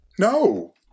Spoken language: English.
No